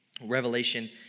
Revelation